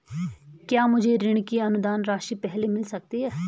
क्या मुझे ऋण की अनुदान राशि पहले मिल सकती है?